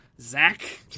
Zach